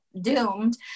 doomed